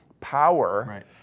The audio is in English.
power